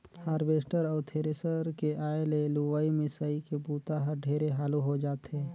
harvester अउ thresher के आए ले लुवई, मिंसई के बूता हर ढेरे हालू हो जाथे